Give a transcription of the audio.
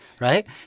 right